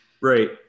Right